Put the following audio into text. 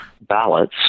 ballots